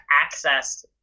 access